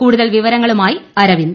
കൂടുതൽ വിവരങ്ങളുമായി അരവിന്ദ്